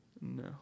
No